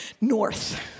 north